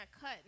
cut